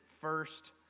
first